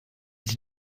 sie